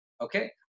Okay